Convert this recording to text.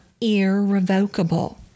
irrevocable